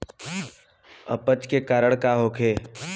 अपच के कारण का होखे?